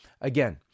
Again